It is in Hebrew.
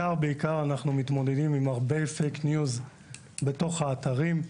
אנחנו מתמודדים בעיקר עם הרבה פייק ניוז בתוך האתרים.